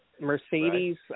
Mercedes